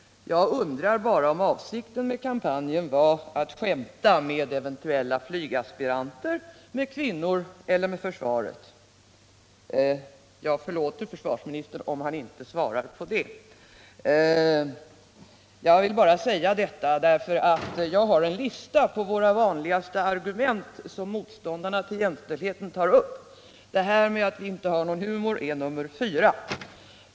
Jag undrar bara om avsikten med kampanjen var att skämta med eventuella flygaspiranter, med kvinnor eller med försvaret. Jag förlåter försvarsministern om han inte svarar på detta men kan inte underlåta att nämna att jag har en lista på de vanligaste argumenten som motståndarna till jämställdheten tar upp. Detta att vi inte har någon humor är nr 4.